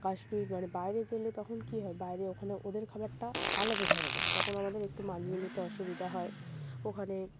কাশ্মীর মানে বাইরে গেলে তখন কী হয় বাইরে ওখানে ওদের খাবারটা আলাদা ধরনের তখন আমাদের একটু মানিয়ে নিতে অসুবিধা হয় ওখানে